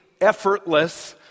effortless